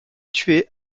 tué